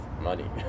money